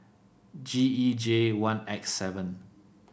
G E J one X seven